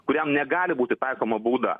kuriam negali būti taikoma bauda